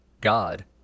God